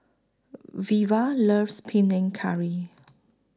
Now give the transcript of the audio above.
Veva loves Panang Curry